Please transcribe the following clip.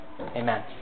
Amen